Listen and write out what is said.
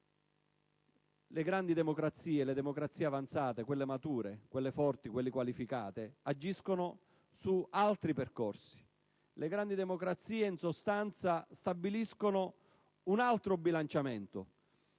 Le grandi democrazie, le democrazie avanzate, quelle mature, quelle forti e qualificate agiscono su altri percorsi. Le grandi democrazie, in sostanza, stabiliscono un altro bilanciamento.